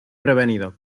prevenido